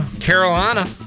Carolina